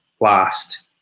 last